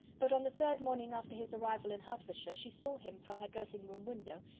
but on the third morning after his arrival in hertfordshire, she saw him, from her dressing-room window,